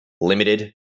limited